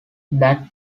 that